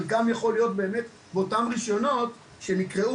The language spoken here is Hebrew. חלקם יכול להיות באמת באותם רישיונות שנקראו